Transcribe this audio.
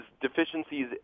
deficiencies